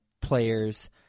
players